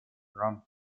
romp